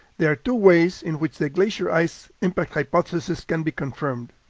there are two ways in which the glacier ice impact hypothesis can be confirmed.